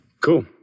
Cool